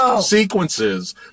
Sequences